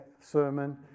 sermon